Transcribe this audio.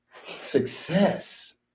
success